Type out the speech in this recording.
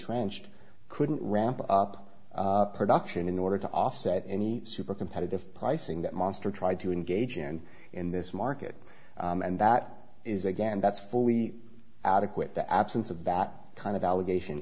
trenched couldn't ramp up production in order to offset any super competitive pricing that monster tried to engage in in this market and that is again that's fully adequate the absence of that kind of allegation